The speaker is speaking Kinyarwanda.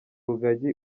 rugagi